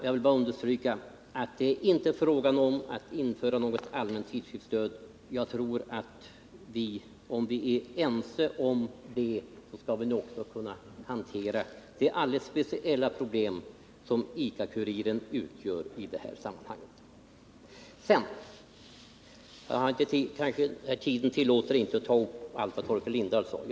Jag vill åter understryka att det inte är fråga om att införa något allmänt tidskriftsstöd, Olle Svensson. Jag tror att vi, om vi är ense om det, nog också skall kunna hantera det alldeles speciella problem som ICA-Kuriren utgör i sammanhanget. Tiden tillåter inte att jag kommenterar allt vad Torkel Lindahl har sagt.